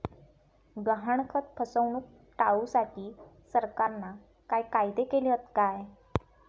गहाणखत फसवणूक टाळुसाठी सरकारना काय कायदे केले हत काय?